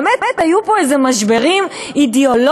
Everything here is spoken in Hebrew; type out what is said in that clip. באמת היו פה איזה משברים אידיאולוגיים,